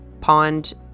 pond